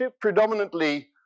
predominantly